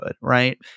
Right